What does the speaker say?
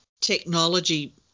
technology